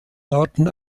norden